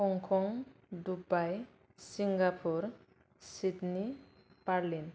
Hong Kong Dubai Singapore Sydney Berlin